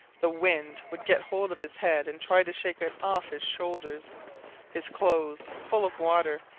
the wind would get hold of his head and try to shake it off his shoulders his clothes, full of water,